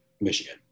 Michigan